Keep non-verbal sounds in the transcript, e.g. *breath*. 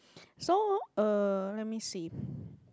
so uh let me see *breath*